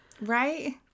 Right